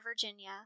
Virginia